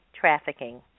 trafficking